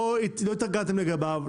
לא התארגנתם לגביו,